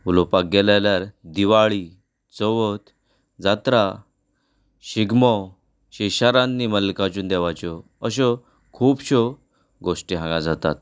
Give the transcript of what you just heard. उलोवपाक गेले जाल्यार दिवाळी चवथ जात्रा शिगमो शिशारान्नी मल्लिकाअर्जुन देवाच्यो अश्यो खुबश्यो गोश्टी हांगा जातात